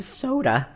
soda